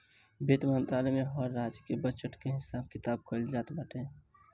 वित्त मंत्रालय में हर राज्य के बजट के हिसाब किताब कइल जात हवे